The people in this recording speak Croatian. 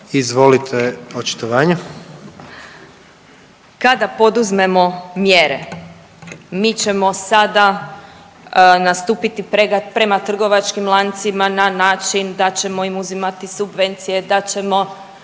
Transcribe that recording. Sabina (SDP)** Kada poduzmemo mjere, mi ćemo sada nastupiti prema trgovačkim lancima na način da ćemo im uzimati subvencije, da ćemo